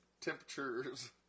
temperatures